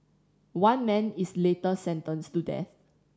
one man is later sentenced to death